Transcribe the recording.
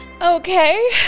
Okay